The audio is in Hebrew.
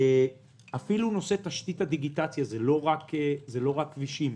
אפילו תשתית הדיגיטציה, זה לא רק כבישים.